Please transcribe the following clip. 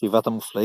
"שבעת המופלאים",